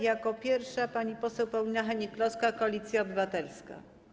Jako pierwsza pani poseł Paulina Hennig-Kloska, Koalicja Obywatelska.